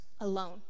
alone